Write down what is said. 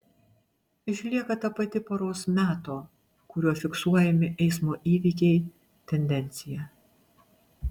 išlieka ta pati paros meto kuriuo fiksuojami eismo įvykiai tendencija